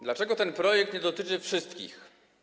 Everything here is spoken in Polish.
Dlaczego ten projekt nie dotyczy wszystkich?